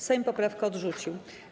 Sejm poprawkę odrzucił.